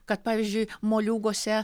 kad pavyzdžiui moliūguose